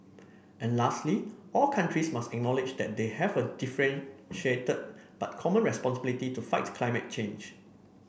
and lastly all countries must acknowledge that they have a differentiated but common responsibility to fight climate change